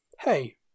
hey